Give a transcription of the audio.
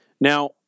Now